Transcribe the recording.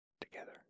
together